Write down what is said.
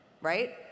right